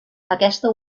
aquesta